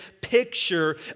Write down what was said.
picture